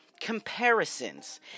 comparisons